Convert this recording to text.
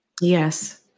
Yes